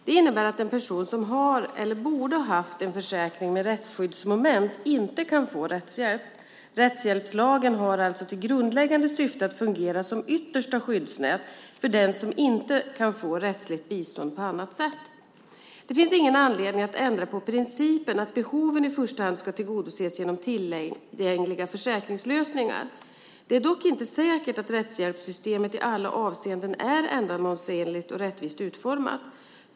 Det innebär att en person som har eller borde ha haft en försäkring med rättsskyddsmoment inte kan få statlig rättshjälp. Rättshjälpslagen har alltså till grundläggande syfte att fungera som yttersta skyddsnät för dem som inte kan få rättsligt bistånd på annat sätt. Det finns ingen anledning att ändra på principen att behoven i första hand ska tillgodoses genom tillgängliga försäkringslösningar. Det är dock inte säkert att rättshjälpssystemet i alla avseenden är ändamålsenligt och rättvist utformat.